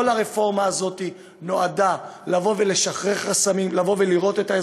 כל הרפורמה הזו נועדה לבוא ולשחרר חסמים,